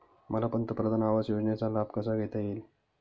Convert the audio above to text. मला पंतप्रधान आवास योजनेचा लाभ कसा घेता येईल?